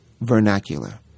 vernacular